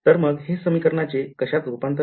तर मग हे समीकरणाचे कश्यात रूपांतर होते